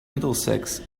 middlesex